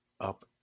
up